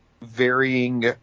varying